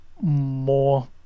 more